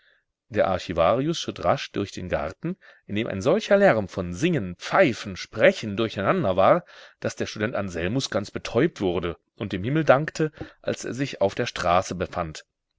der archivarius schritt rasch durch den garten in dem ein solcher lärm von singen pfeifen sprechen durcheinander war daß der student anselmus ganz betäubt wurde und dem himmel dankte als er sich auf der straße befand